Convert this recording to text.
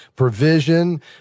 provision